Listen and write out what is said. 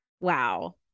Wow